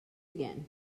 again